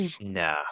Nah